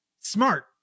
smart